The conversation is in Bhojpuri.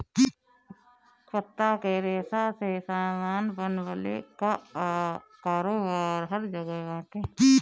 पत्ता के रेशा से सामान बनवले कअ कारोबार हर जगह बाटे